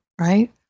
right